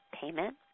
payment